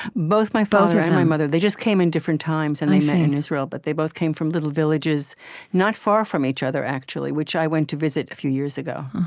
both my father and my mother, they just came in different times, and they met in israel. but they both came from little villages not far from each other, actually, which i went to visit a few years ago